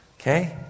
Okay